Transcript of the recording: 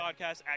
podcast